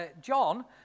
John